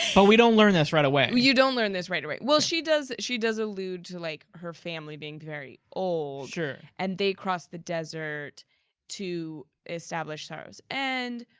but we don't learn this right away. you don't learn this right away. well, she does she does allude to like her family being very old, and they crossed the desert to establish sorrow's end.